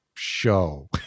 show